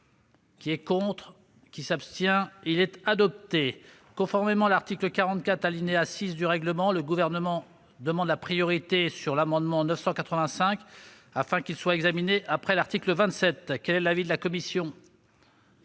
103 est retiré. Je mets aux voix l'article 27. Conformément à l'article 44, alinéa 6, du règlement, le Gouvernement demande la priorité sur l'amendement n° 985, afin qu'il soit examiné après l'article 27. Quel est l'avis de la commission ?